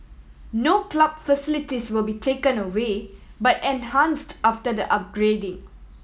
no club facilities will be taken away but enhanced after the upgrading